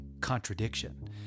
contradiction